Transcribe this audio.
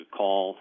call